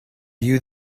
you